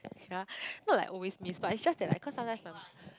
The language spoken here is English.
yea not like always miss but it's just that like cause sometimes mah